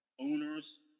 owners